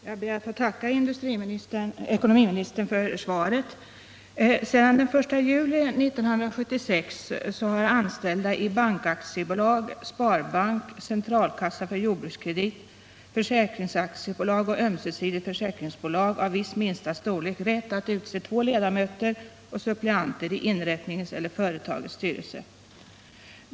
Herr talman! Jag ber att få tacka ekonomiministern för svaret. Sedan den 1 juli 1976 har anställda i bankaktiebolag, sparbank ,centralkassa för jordbrukskredit, försäkringsaktiebolag och ömsesidigt försäkringsbolag av viss minsta storlek rätt att utse två ledamöter och suppleanter i inrättningens eller företagets styrelse.